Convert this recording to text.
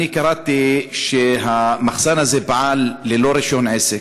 אני קראתי שהמחסן הזה פעל ללא רישיון עסק,